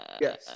Yes